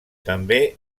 també